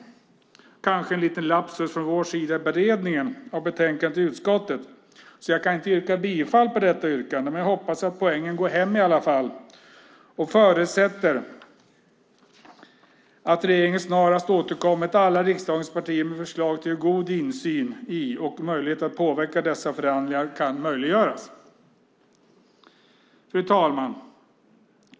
Det var kanske en liten lapsus från vår sida i beredningen av betänkandet i utskottet, så jag kan inte yrka bifall till detta yrkande. Men jag hoppas att poängen går hem i alla fall och förutsätter att regeringen snarast återkommer till alla riksdagens partier med förslag till hur god insyn i och möjlighet att påverka dessa förhandlingar ska ske. Fru talman!